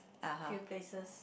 cute places